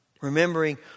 Remembering